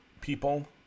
people